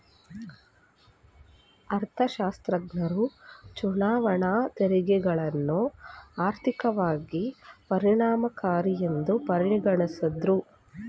ಅರ್ಥಶಾಸ್ತ್ರಜ್ಞರು ಚುನಾವಣಾ ತೆರಿಗೆಗಳನ್ನ ಆರ್ಥಿಕವಾಗಿ ಪರಿಣಾಮಕಾರಿಯೆಂದು ಪರಿಗಣಿಸಿದ್ದ್ರು